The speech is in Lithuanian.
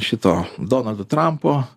šito donaldo trampo